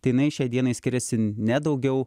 tai jinai šiai dienai skiriasi ne daugiau